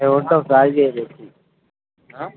ఏమన్న ఉంటే కాల్ చేయండి